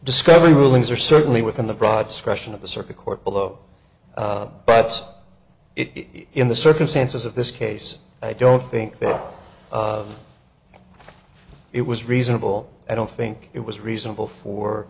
discovery rulings are certainly within the broad discretion of the circuit court below but it in the circumstances of this case i don't think that it was reasonable i don't think it was reasonable for